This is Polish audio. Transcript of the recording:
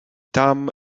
tam